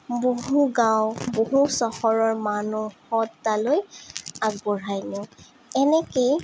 বহু গাঁও বহু চহৰৰ মানুহ লৈ আগবঢ়াই নিওঁ এনেকেই